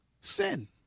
sin